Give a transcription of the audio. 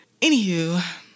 Anywho